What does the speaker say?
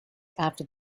after